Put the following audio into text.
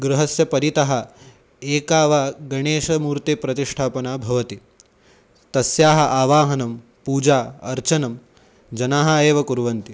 गृहं परितः एका वा गणेशमूर्तेः प्रतिष्ठापना भवति तस्याः आवाहनं पूजा अर्चनं जनाः एव कुर्वन्ति